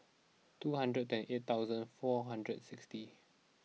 two hundred eight thousand four hundred and sixty